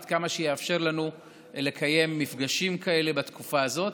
עד כמה שיתאפשר לנו לקיים מפגשים כאלה בתקופה הזאת.